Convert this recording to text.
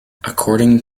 according